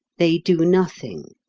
they do nothing.